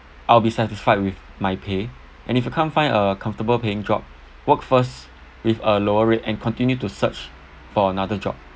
I'll be satisfied with my pay and if you can't find a comfortable paying job work first with a lower rate and continue to search for another job